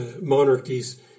monarchies